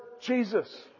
Jesus